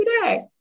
today